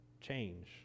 Change